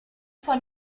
von